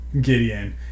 Gideon